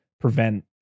prevent